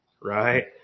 right